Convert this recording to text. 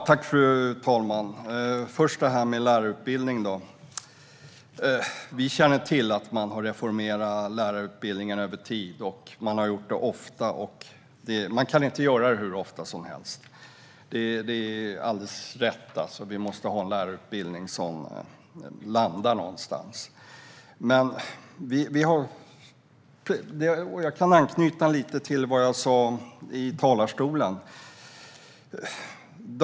Fru talman! Vi känner till att lärarutbildningen har reformerats över tid och att det har gjorts ofta. Man kan inte göra det hur ofta som helst. Det är alldeles rätt. Vi måste ha en lärarutbildning som landar någonstans. Jag kan anknyta till vad jag sa i talarstolen.